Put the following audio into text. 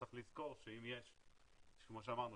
צריך לזכור שאם יש כמו שאמרנו,